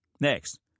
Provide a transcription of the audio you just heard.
next